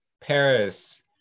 Paris